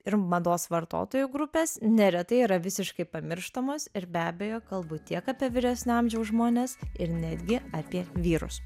ir mados vartotojų grupės neretai yra visiškai pamirštamos ir be abejo kalbu tiek apie vyresnio amžiaus žmones ir netgi apie vyrus